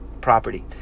property